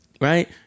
right